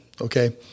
okay